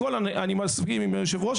כמו שאמר היושב-ראש,